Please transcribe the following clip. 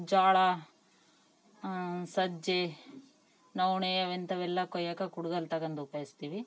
ಜೋಳ ಸಜ್ಜೆ ನವಣೆ ಅವಂಥವೆಲ್ಲ ಕೊಯ್ಯೋಕ ಕುಡ್ಗೊಲ್ ತಗೊಂಡ್ ಉಪಯೋಗಿಸ್ತೀವಿ